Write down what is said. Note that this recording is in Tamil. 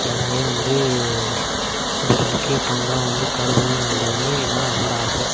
எனவே வந்து இது ஒரு முக்கிய பங்காக வந்து கருதணும் என்பதனை இதுதான் என்னோடய ஆசை